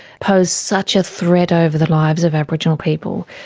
posed such a threat over the lives of aboriginal people,